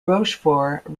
rochefort